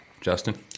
Justin